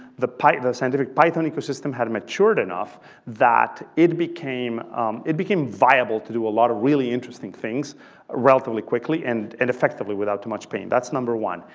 the scientific python ecosystem had matured enough that it became it became viable to do a lot of really interesting things relatively quickly and and effectively without too much pain. that's number one.